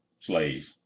slaves